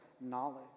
knowledge